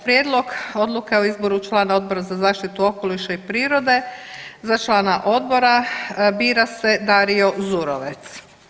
Prijedlog Odluke o izboru člana Odbora za zaštitu okoliša i prirode, za člana odbora bira se Dario Zurovec.